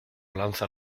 lanza